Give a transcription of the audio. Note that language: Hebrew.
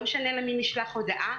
לא משנה למי נשלח הודעה,